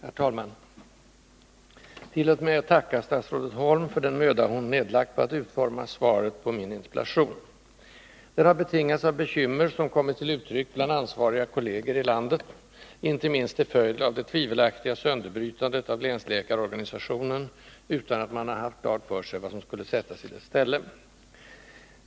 Herr talman! Tillåt mig att tacka statsrådet Holm för den möda hon nedlagt på att utforma svaret på min interpellation. Den har betingats av bekymmer som kommit till uttryck bland ansvariga kolleger i landet, inte minst till följd av det tvivelaktiga sönderbrytandet av länsläkarorganisationen utan att man har haft klart för sig vad som skulle sättas i dess ställe.